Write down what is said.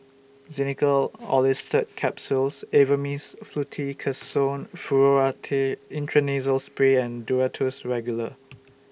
Xenical Orlistat Capsules Avamys Fluticasone Furoate Intranasal Spray and Duro Tuss Regular